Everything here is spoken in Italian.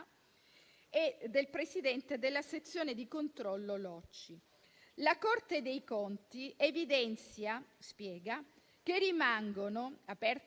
e del presidente della sezione di controllo Locci. La Corte dei conti evidenzia che rimangono «inalterate